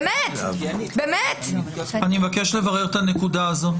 אני מבקש לברר את הנקודה הזאת.